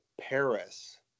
Paris